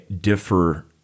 differ